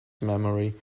memory